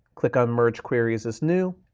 click on merge queries as new